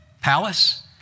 palace